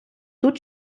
тут